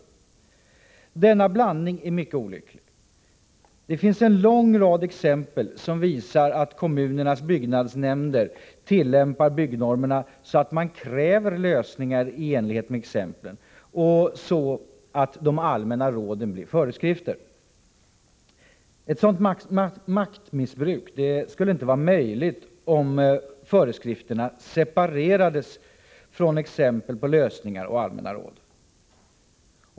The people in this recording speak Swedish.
Denna blandning är mycket olycklig. Det finns en lång rad exempel som visar att kommunernas byggnadsnämnder tillämpar byggnormerna så att man kräver lösningar i enlighet med exemplen och så att de allmänna råden blir föreskrifter. Ett sådant maktmissbruk skulle inte vara möjligt om föreskrifterna separerades från exemplen på lösningar och allmänna råd.